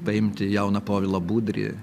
paimti jauną povilą budrį